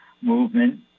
movement